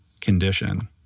condition